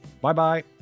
Bye-bye